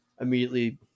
immediately